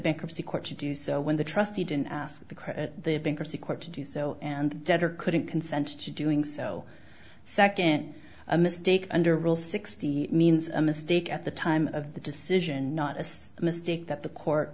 bankruptcy court to do so when the trustee didn't ask the credit of bankruptcy court to do so and debtor couldn't consent to doing so second a mistake under rule sixteen means a mistake at the time of the decision not as a mistake that the court